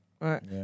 Right